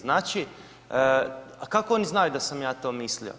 Znači, pa kako oni znaju da sam ja to mislio?